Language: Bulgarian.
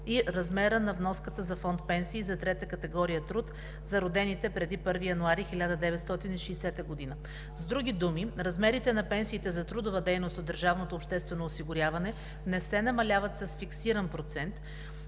и размера на вноската за фонд „Пенсии“ за трета категория труд за родените преди 1 януари 1960 г. С други думи, размерите на пенсиите за трудова дейност от държавното обществено осигуряване